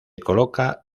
coloca